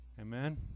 Amen